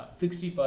60%